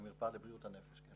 למרפאה לבריאות הנפש.